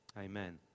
Amen